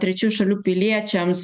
trečiųjų šalių piliečiams